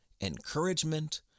Encouragement